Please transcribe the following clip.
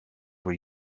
were